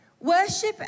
Worship